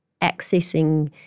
accessing